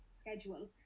schedule